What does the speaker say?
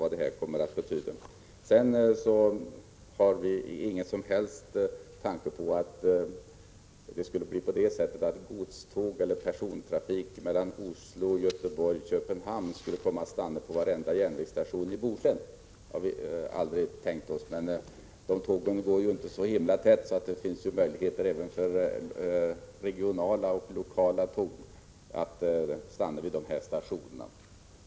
Det finns inga som helst tankar på att godståg eller persontåg mellan Oslo och Göteborg/Köpenhamn skulle stanna vid varje järnvägsstation i Bohuslän. De tågen går inte så ofta, så det finns möjligheter för regionala och lokala tåg att stanna vid dessa stationer.